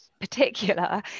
particular